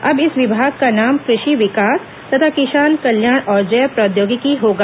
अब इस विभाग का नाम कृषि विकास तथा किसान कल्याण और जैव प्रौद्योगिकी होगा